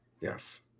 Yes